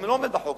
אם לא עומד בחוק.